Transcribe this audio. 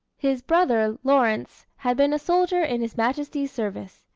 his brother, lawrence, had been a soldier in his majesty's service,